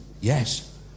Yes